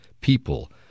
people